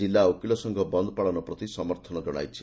ଜିଲ୍ଲା ଓକିଲ ସଂଘ ବନ୍ଦ ପାଳନ ପ୍ରତି ସମର୍ଥନ କଶାଇଛି